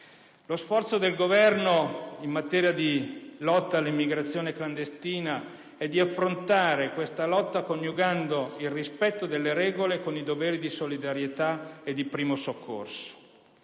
Lo sforzo del Governo in materia di lotta all'immigrazione clandestina è quello di affrontare tale lotta coniugando il rispetto delle regole con i doveri di solidarietà e di primo soccorso.